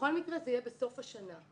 בכל מקרה זה יהיה בסוף השנה.